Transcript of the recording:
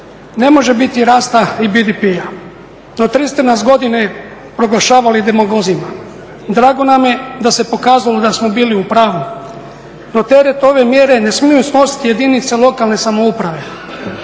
ne može biti rasta i BDP. No tri ste nas godine proglašavali demagozima. Drago nam je da se pokazalo da smo bili u pravu. No teret ove mjere ne smiju nositi jedinice lokalne samouprave,